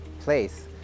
place